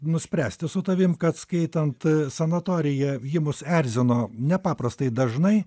nuspręsti su tavim kad skaitant sanatoriją ji mus erzino nepaprastai dažnai